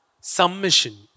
submission